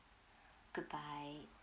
goodbye